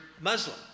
Muslim